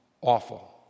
awful